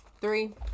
Three